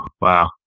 Wow